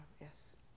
yes